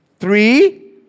Three